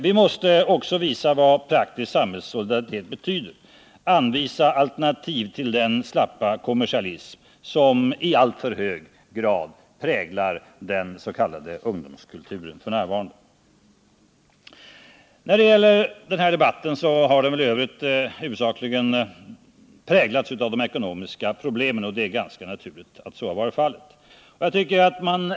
Vi måste också visa vad praktisk samhällssolidaritet betyder, anvisa alternativ till den slappa kommersialism som f. n. i alltför hög grad präglar den s.k. ungdomskulturen. Den här debatten har i övrigt huvudsakligen präglats av synpunkter på de ekonomiska problemen, och uet är ganska naturligt att så har varit fallet.